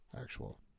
actual